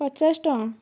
ପଚାଶ ଟଙ୍କା